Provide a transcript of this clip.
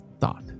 thought